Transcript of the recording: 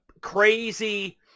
crazy